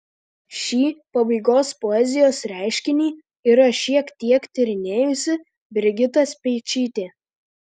šį pabaigos poezijos reiškinį yra šiek tiek tyrinėjusi brigita speičytė